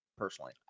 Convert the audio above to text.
Personally